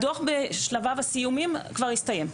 הדוח בשלביו הסיומיים כבר הסתיים.